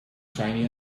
shiny